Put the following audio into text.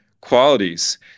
qualities